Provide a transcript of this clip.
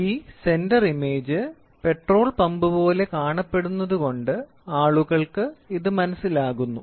ഈ centre image petrol pump പോലെ കാണപ്പെടുന്നത് കൊണ്ട് ആളുകൾക്ക് ഇത് മനസിലാകുന്നു